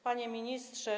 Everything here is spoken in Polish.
Panie Ministrze!